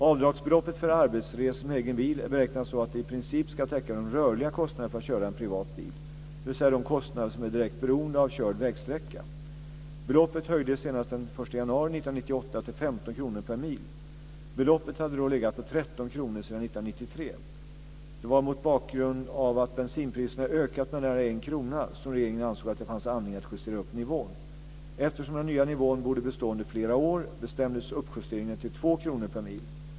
Avdragsbeloppet för arbetsresor med egen bil är beräknat så att det i princip ska täcka de rörliga kostnaderna för att köra en privat bil, dvs. de kostnader som är direkt beroende av körd vägsträcka. Beloppet höjdes senast den 1 januari 1998 till 15 kr per mil. Beloppet hade då legat på 13 kr sedan 1993. Det var bl.a. mot bakgrund av att bensinpriserna ökat med nära en krona som regeringen ansåg att det fanns anledning att justera upp nivån. Eftersom den nya nivån borde bestå under flera år bestämdes uppjusteringen till 2 kr per mil.